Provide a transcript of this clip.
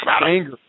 anger